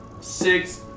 Six